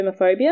homophobia